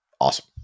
awesome